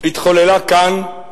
התחוללה כאן,